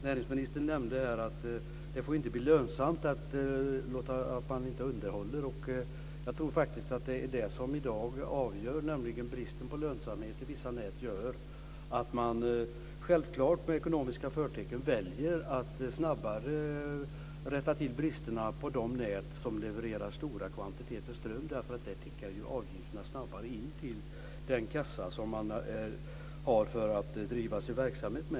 Näringsministern nämnde att det inte får bli lönsamt att inte underhålla. Jag tror faktiskt att det är det som i dag avgör. Bristen på lönsamhet i vissa nät gör att man självklart, med ekonomiska förtecken, väljer att snabbare rätta till bristerna på de nät som levererar stora kvantiteter ström. Där tickar ju avgifterna snabbare in till den kassa som man har för att driva sin verksamhet.